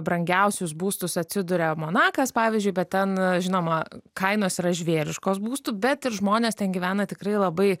brangiausius būstus atsiduria monakas pavyzdžiui bet ten žinoma kainos yra žvėriškos būstų bet ir žmonės ten gyvena tikrai labai